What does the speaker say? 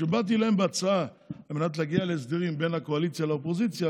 כשבאתי אליהם בהצעה על מנת להגיע להסדרים בין הקואליציה לאופוזיציה,